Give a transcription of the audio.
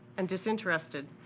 and disinterested.